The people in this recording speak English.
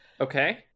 Okay